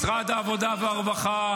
משרד העבודה והרווחה,